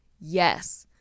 Yes